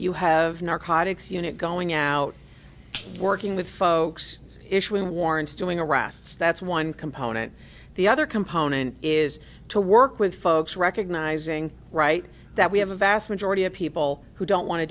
you have narcotics unit going out working with folks issuing warrants doing arrests that's one component the other component is to work with folks recognizing right that we have a vast majority of people who don't want to